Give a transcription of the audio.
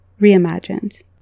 reimagined